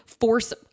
force